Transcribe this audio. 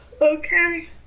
okay